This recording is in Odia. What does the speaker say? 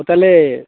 ହଉ ତାହେଲେ